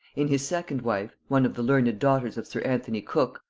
in his second wife one of the learned daughters of sir anthony cook,